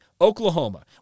Oklahoma